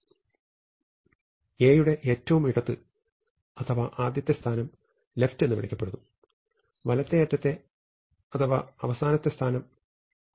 A യുടെ ഏറ്റവും ഇടത് അഥവാ ആദ്യത്തെ സ്ഥാനം left എന്ന് വിളിക്കപ്പെടുന്നു വലത്തേയറ്റത്തെ അഥവാ അവസാനത്തെ സ്ഥാനം right 1 ആണ്